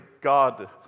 God